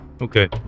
Okay